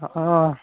অ